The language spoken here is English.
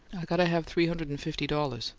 i got to have three hundred and fifty dollars.